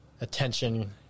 attention